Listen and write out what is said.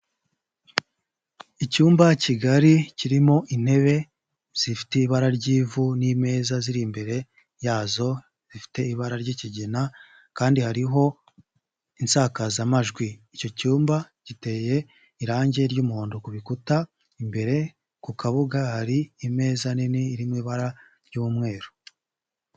Icyumba kigari kirimo intebe zifite ibara ry'ivu n'ameza ari imbere yazo zifite ibara ry'ikigina kandi hariho insakazamajwi icyo cyumba giteye irangi ry'umuhondo kukuta imbere ku kabuga hari ameza manini iri mu ibara ry'umweru.